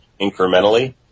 incrementally